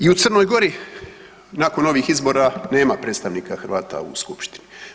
I u Crnoj Gori nakon ovih izbora nema predstavnika Hrvata u skupštini.